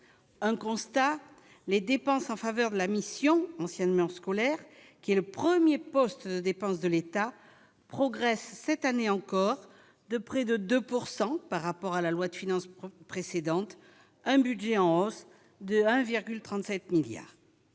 un constat : les dépenses en faveur de la mission, anciennement scolaire qui est le 1er poste de dépenses de l'État progresse cette année encore de près de 2 pourcent par rapport à la loi de finances précédente, un budget en hausse de 1,37 milliard